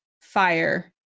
fire